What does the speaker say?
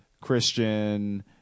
Christian